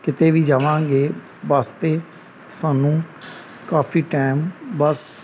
ਕਿਤੇ ਵੀ ਜਾਵਾਂਗੇ ਬੱਸ 'ਤੇ ਸਾਨੂੰ ਕਾਫੀ ਟਾਈਮ ਬੱਸ